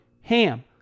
HAM